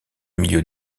milieu